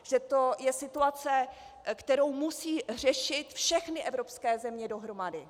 Že to je situace, kterou musí řešit všechny evropské země dohromady.